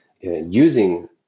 using